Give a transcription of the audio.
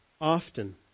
often